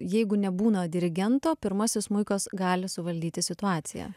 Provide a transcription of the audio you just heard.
jeigu nebūna dirigento pirmasis smuikas gali suvaldyti situaciją